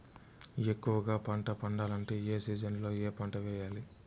ఎక్కువగా పంట పండాలంటే ఏ సీజన్లలో ఏ పంట వేయాలి